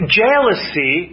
jealousy